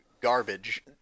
garbage